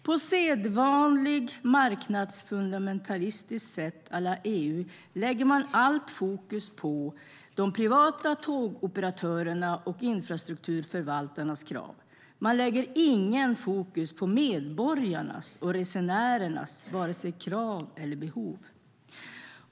På sedvanligt marknadsfundamentalistiskt sätt à la EU lägger man allt fokus på de privata tågoperatörernas och infrastrukturförvaltarnas krav. Man lägger inget fokus på medborgarnas och resenärernas vare sig krav eller behov.